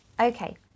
okay